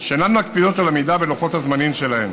שאינן מקפידות על עמידה בלוחות הזמנים שלהן,